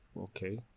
Okay